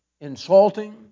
insulting